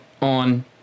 on